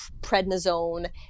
prednisone